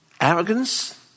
arrogance